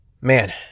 Man